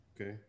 okay